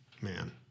Man